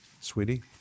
sweetie